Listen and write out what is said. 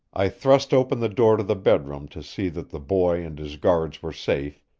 i thrust open the door to the bedroom to see that the boy and his guards were safe,